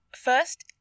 First